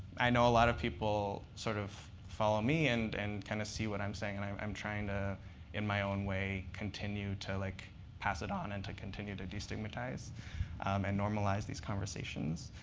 i know a lot of people sort of follow me and and kind of see what i'm saying. and i'm i'm trying to in my own way continue to like pass it on and to continue to destigmatize and normalize these conversations.